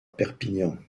perpignan